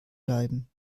bleiben